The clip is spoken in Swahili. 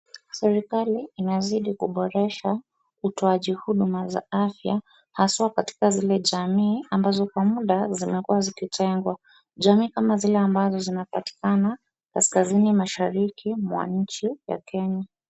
serikali inazidi kuboresha utaoji huduma za afya hasaa kwa zile jami ambazo ka muda zimekuwa zikitengwa jamii kama zile ambazo zinapatikana kaskazini mashariki mwa nchi ya kenya.